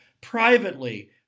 privately